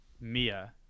Mia